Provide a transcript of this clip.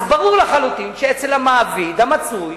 אז ברור לחלוטין שאצל המעביד המצוי